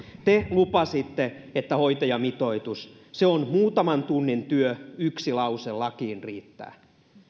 te lupasitte että hoitajamitoitus on muutaman tunnin työ yksi lause lakiin riittää